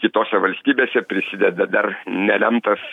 kitose valstybėse prisideda dar nelemtas